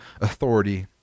authority